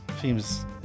seems